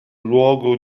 luogo